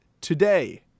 today